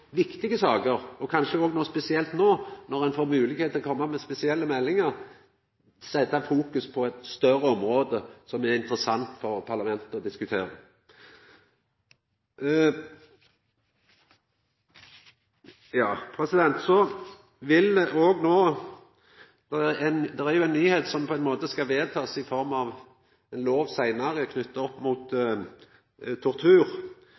viktige saker, kanskje spesielt no når ein får moglegheit til å koma med spesielle meldingar, og då setja fokus på eit større område som er interessant for parlamentet å diskutera. Det er ei nyheit som ein skal vedta i form av lov seinare, som gjeld tortur og regjeringas ratifisering av FNs tilleggsprotokoll mot tortur